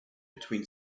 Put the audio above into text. between